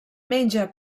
menja